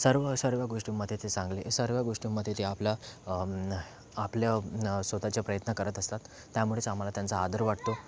सर्व सर्व गोष्टींमध्ये ते चांगले सर्व गोष्टींमध्ये ते आपला आपल्या स्वत चे प्रयत्न करत असतात त्यामुळेच आम्हाला त्यांचा आदर वाटतो